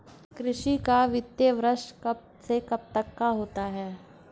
कृषि का वित्तीय वर्ष कब से कब तक होता है?